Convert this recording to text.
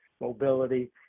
mobility